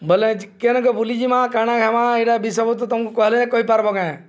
ବଲେ କେନକେ ବୁଲିଯିମା କାଣା ହେମା ଏଇଟା ବିଷୟବସ୍ତୁ ତମକୁ କହିଲେ କହିପାର୍ବ କାଁ